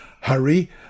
Hurry